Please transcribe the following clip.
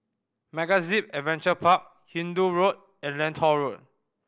MegaZip Adventure Park Hindoo Road and Lentor Road